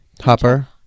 hopper